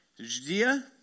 Judea